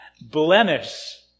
blemish